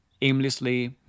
aimlessly